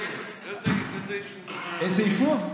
איזה יישובים, איזה יישוב?